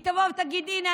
היא תבוא ותגיד: הינה,